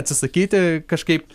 atsisakyti kažkaip